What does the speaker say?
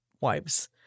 wives